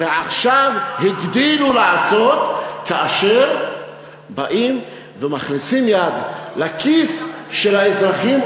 ועכשיו הגדילו לעשות כאשר באים ומכניסים יד לכיס של האזרחים,